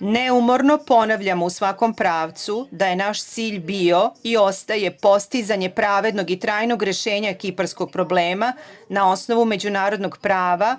Neumorno ponavljam u svakom pravcu da je naš cilj bio i ostao postizanje pravednog i trajnog rešenja kiparskog problema na osnovu međunarodnog prava